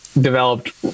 developed